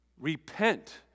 repent